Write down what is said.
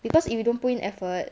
because if you don't put in effort